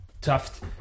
Tuft